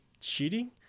cheating